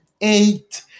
eight